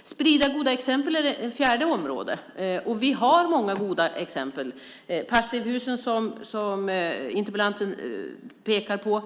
Att sprida goda exempel är det fjärde området. Vi har många goda exempel. Det är passivhusen, som interpellanten pekar på.